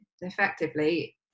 effectively